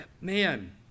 Man